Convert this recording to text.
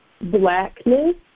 blackness